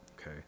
Okay